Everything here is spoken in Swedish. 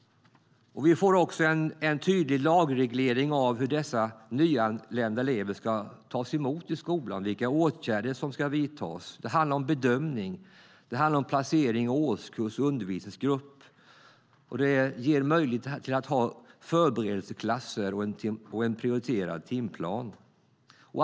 Vi får också en tydlig lagreglering av hur de nyanlända eleverna ska tas emot i skolan och vilka åtgärder som ska vidtas. Det handlar om bedömning och om placering i årskurs och undervisningsgrupp. Det ger möjlighet att ha förberedelseklasser och en prioriterad timplan.